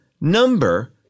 number